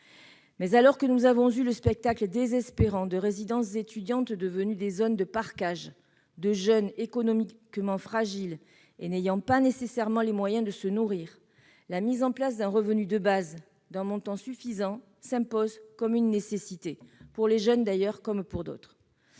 Alors que nous avons eu le spectacle désespérant de résidences étudiantes devenues des zones de parcage de jeunes économiquement fragiles et n'ayant pas nécessairement les moyens de se nourrir, la mise en place d'un revenu de base d'un montant suffisant s'impose comme une nécessité, pour les jeunes comme pour d'autres.